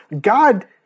God